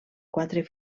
quatre